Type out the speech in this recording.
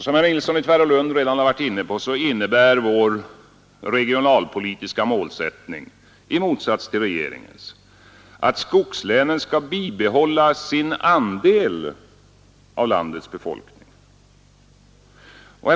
Som herr Nilsson i Tvärålund redan har varit inne på innebär vår regionalpolitiska målsättning, i motsats till regeringens, att skogslänen skall bibehålla sin andel av landets befolkning.